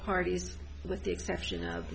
parties with the exception of